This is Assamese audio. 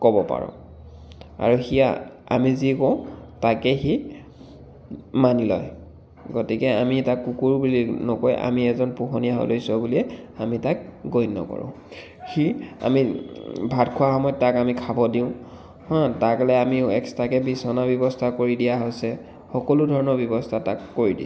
কব পাৰোঁ আৰু সি আমি যি কওঁ তাকেই সি মানি লয় গতিকে আমি তাক কুকুৰ বুলি নকৈ আমি এজন পোহনীয়া সদস্য বুলিয়েই আমি তাক গণ্য কৰোঁ সি আমি ভাত খোৱা সময়ত তাক আমি খাব দিওঁ হাঁ তাৰ কাৰণে আমি এক্সট্ৰাকৈ বিচনাৰ ব্যৱস্থা কৰি দিয়া হৈছে সকলো ধৰণৰ ব্যৱস্থা তাক কৰি দিছোঁ